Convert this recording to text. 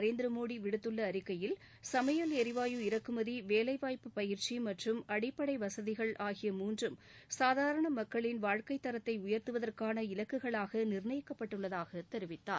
நரேந்திரமோடி விடுத்துள்ள அறிக்கையில் சமையல் ளிவாயு இறக்குமதி வேலைவாய்ப்பு பயிற்சி மற்றும் அடிப்படை வசதிகள் ஆகிய மூன்றும் சாதாரண மக்களின் வாழ்க்கை தரத்தை உயா்த்துவதற்கான இலக்குகளாக நிர்ணயிக்கப்பட்டுள்ளதாக தெரிவித்தார்